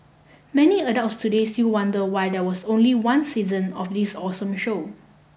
many adults today still wonder why there was only one season of this awesome show